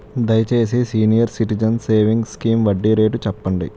దయచేసి senior citizens savings scheme వడ్డీ rate చెప్పండి